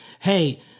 hey